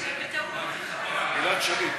לוועדת החוקה,